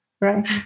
Right